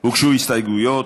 הוגשו הסתייגויות,